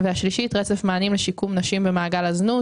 השלישית, רצף מענים לשיקום נשים במעגל הזנות